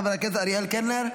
חבר הכנסת אריאל קלנר,